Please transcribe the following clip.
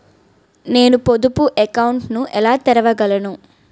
నేను పొదుపు అకౌంట్ను ఎలా తెరవగలను?